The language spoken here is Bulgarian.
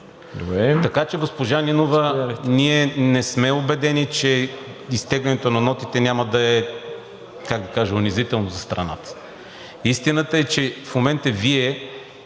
Така че госпожа Нинова, ние не сме убедени, че изтеглянето на нотите няма да е унизително за страната. Истината е, че в момента Вие